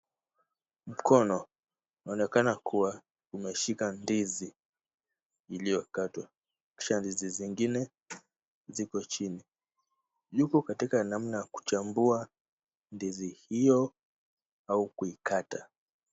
Mkono unaonekana kuwa umeshika ndizi iliyokatwa kisha ndizi zingine ziko chini. Yuko katika namna ya kuchambua ndizi hiyo au kuikata.